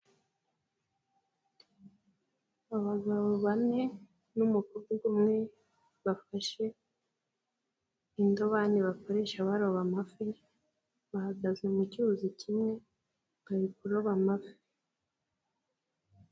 Abagabo bane n'umukobwa umwe, bafashe indobani bakoresha baroba amafi, bahagaze mu cyuzi kimwe bari kuroba amafi.